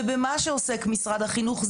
במה שעוסק משרד החינוך,